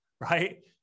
right